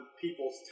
people's